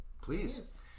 please